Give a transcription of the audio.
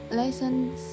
lessons